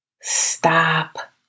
stop